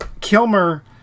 Kilmer